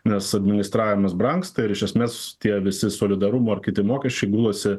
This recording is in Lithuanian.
nes administravimas brangsta ir iš esmės tie visi solidarumo ar kiti mokesčiai gulasi